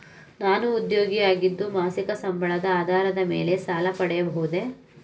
ನಾನು ಉದ್ಯೋಗಿ ಆಗಿದ್ದು ಮಾಸಿಕ ಸಂಬಳದ ಆಧಾರದ ಮೇಲೆ ಸಾಲ ಪಡೆಯಬಹುದೇ?